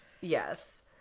yes